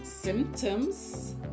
Symptoms